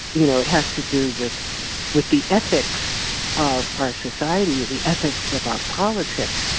you know, it has to do with with the ethics of our society, the ethics of our politics,